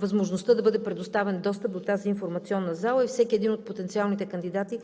възможността да бъде предоставен достъп до тази информационна зала и всеки от потенциалните кандидати